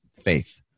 faith